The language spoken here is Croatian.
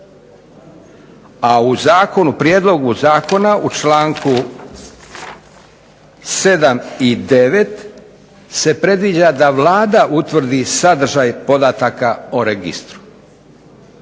prijedlogu zakona u članku 7. i 9. se predviđa da Vlada utvrdi sadržaj podataka o registru.